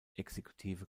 exekutive